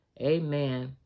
Amen